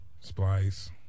splice